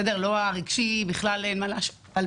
לא הרגשי במובן הרגשי בכלל אין מה להשוות אבל